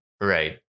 Right